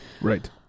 right